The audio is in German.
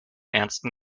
ernsten